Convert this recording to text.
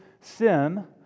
sin